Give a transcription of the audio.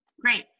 Great